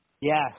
Yes